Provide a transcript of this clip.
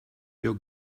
your